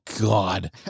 God